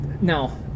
now